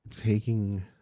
taking